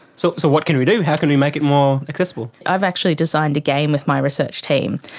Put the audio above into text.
so so what can we do? how can we make it more accessible? i've actually designed a game with my research team.